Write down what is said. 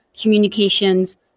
Communications